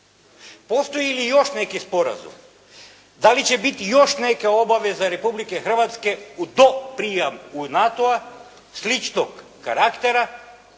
Postoji li još neki sporazum, da li će biti još neka obaveza Republike Hrvatske u to prijam u NATO-a sličnog karaktera